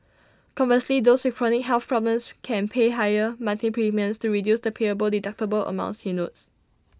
conversely those with chronic health problems can pay higher monthly premiums to reduce the payable deductible amounts he notes